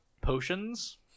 potions